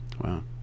Wow